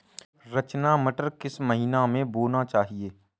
रचना मटर किस महीना में बोना चाहिए?